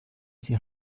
sie